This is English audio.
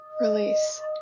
release